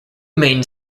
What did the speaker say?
main